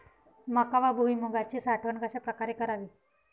मका व भुईमूगाची साठवण कशाप्रकारे करावी?